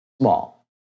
Small